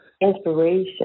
inspiration